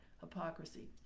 hypocrisy